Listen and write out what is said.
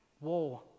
war